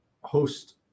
host